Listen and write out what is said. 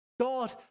God